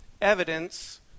evidence